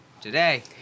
today